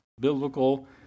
biblical